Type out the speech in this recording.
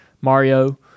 Mario